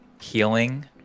healing